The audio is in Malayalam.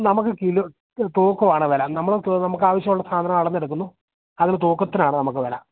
നമുക്ക് കിലോയ്ക്ക് തൂക്കമാണു വില നമ്മൾക്ക് നമുക്കാവശ്യമുള്ള സാധനം അളന്നെടുക്കുന്നു അതിനു തൂക്കത്തിനാണു നമുക്കു വില